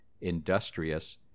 industrious